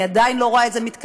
אני עדיין לא רואה את זה מתקיים.